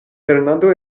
fernando